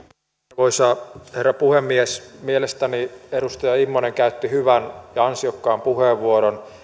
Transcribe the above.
arvoisa herra puhemies mielestäni edustaja immonen käytti hyvän ja ansiokkaan puheenvuoron